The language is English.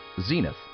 Zenith